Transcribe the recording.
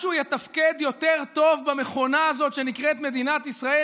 משהו יתפקד יותר טוב במכונה הזאת שנקראת מדינת ישראל